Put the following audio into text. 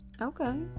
okay